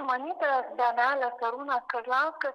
sumanyta bienalė arūnas kazlauskas